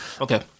Okay